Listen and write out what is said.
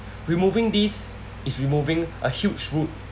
removing this is removing a huge root